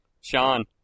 Sean